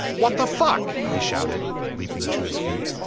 what the fuck. he shouted leaping to his feet.